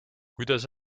kuidas